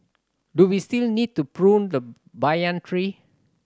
do we still need to prune the banyan tree